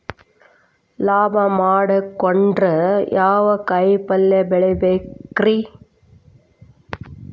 ಲಾಭ ಮಾಡಕೊಂಡ್ರ ಯಾವ ಕಾಯಿಪಲ್ಯ ಬೆಳಿಬೇಕ್ರೇ?